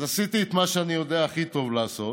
אז עשיתי את מה שאני יודע הכי טוב לעשות: